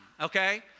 okay